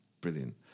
Brilliant